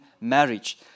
marriage